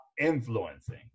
influencing